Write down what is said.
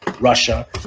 Russia